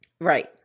Right